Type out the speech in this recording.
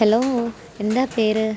hello എന്താ പേര്